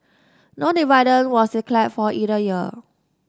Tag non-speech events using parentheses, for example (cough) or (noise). no dividend was (unintelligible) for either year